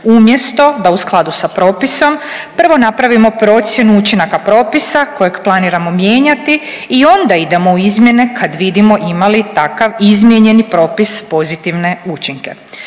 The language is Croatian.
umjesto da u skladu sa propisom prvo napravimo procjenu učinaka propisa kojeg planiramo mijenjati i onda idemo u izmjene kad vidimo ima li takav izmijenjeni propis pozitivne učinke.